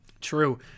True